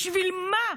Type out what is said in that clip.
בשביל מה?